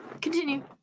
Continue